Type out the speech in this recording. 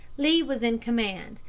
lee was in command,